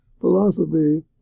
Philosophy